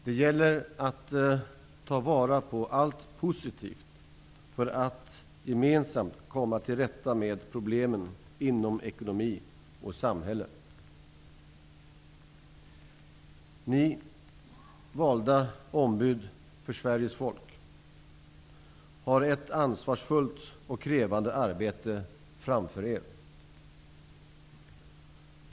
Det gäller att ta vara på allt positivt för att gemensamt komma till rätta med problemen inom ekonomi och samhälle. Ni, valda ombud för Sveriges folk, har ett ansvarsfullt och krävande arbete framför er.